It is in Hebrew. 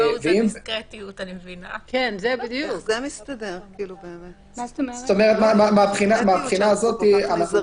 איך זה מסתדר בדיסקרטיות שאנחנו כל כך נזהרים